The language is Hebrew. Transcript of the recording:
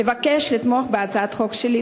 אבקש לתמוך בהצעת החוק שלי.